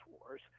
wars